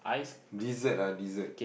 dessert ah dessert